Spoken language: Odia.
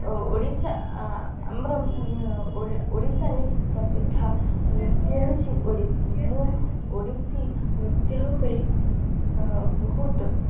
ଓଡ଼ିଶା ଆମର ଓଡ଼ିଶାରେ ପ୍ରସିଦ୍ଧ ନୃତ୍ୟ ହେଉଛି ଓଡ଼ିଶୀ ମୁଁ ଓଡ଼ିଶୀ ନୃତ୍ୟ ଉପରେ ବହୁତ